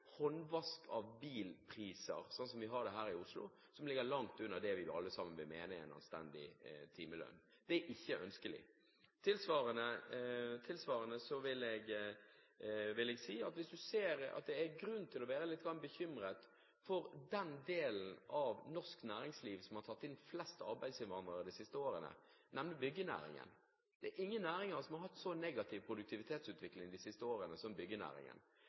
vi har det her i Oslo, som ligger langt under det vi alle sammen vil mene er en anstendig timelønn. Det er ikke ønskelig. Tilsvarende vil jeg si at det er grunn til å være litt bekymret for den delen av norsk næringsliv som har tatt inn flest arbeidsinnvandrere de siste årene, nemlig byggenæringen. Det er ingen næring som har hatt så negativ produktivitetsutvikling de siste årene, som byggenæringen.